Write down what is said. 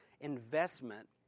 investment